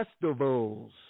Festivals